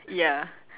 ya